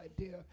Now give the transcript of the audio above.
idea